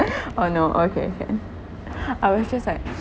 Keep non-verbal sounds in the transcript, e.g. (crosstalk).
(laughs) oh no okay okay (laughs) I was just like